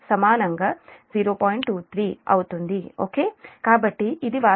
23 okay కాబట్టి ఇది వాస్తవానికి j0